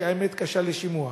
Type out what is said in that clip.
שהאמת קשה לשמיעה.